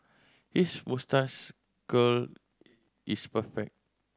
his moustache curl is perfect